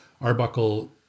Arbuckle